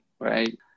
right